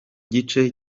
gice